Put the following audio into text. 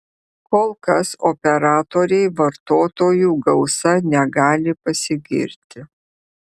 kol kas operatoriai vartotojų gausa negali pasigirti